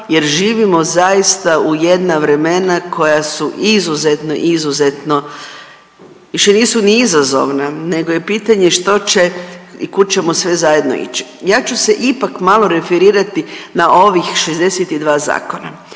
jer živimo zaista u jedna vremena koja su izuzetno, izuzetno više nisu ni izazovna, nego je pitanje što će i kud ćemo sve zajedno ići. Ja ću se ipak malo referirati na ovih 62 zakona